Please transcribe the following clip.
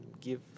give